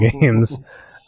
games